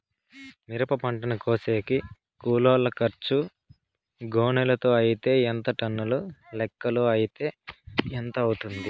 మిరప పంటను కోసేకి కూలోల్ల ఖర్చు గోనెలతో అయితే ఎంత టన్నుల లెక్కలో అయితే ఎంత అవుతుంది?